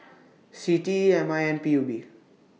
C T E M I and P U B